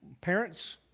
parents